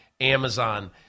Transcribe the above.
Amazon